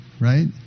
right